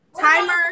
timer